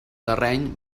terreny